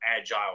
agile